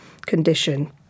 condition